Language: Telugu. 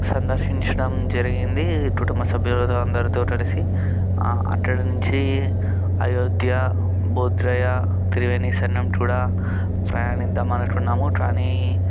సందర్శించడం జరిగింది కుటుంబ సభ్యులుగా అందరితో కలిసి అక్కడ నుంచి అయోధ్య బొద్రేయ త్రివేణి సంగం కూడా ప్రాయాణిద్దాం అనుకున్నాము కానీ